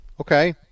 Okay